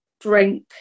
drink